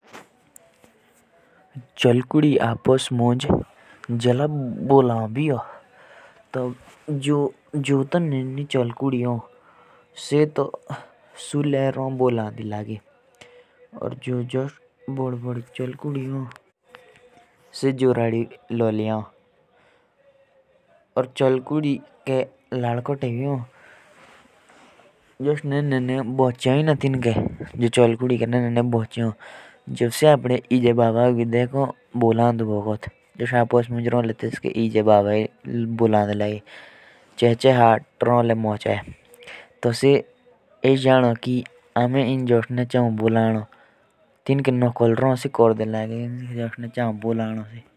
चिड़िया जब आपस में बात करती हैं। तो वो भी अलग अलग तरह की आवाज़ें निकालती रहती हैं। और जो उनके माता पिता होते हैं वो उनकी जैसे बोलना चाहते हैं। उनकी नकल करना चाहते हैं।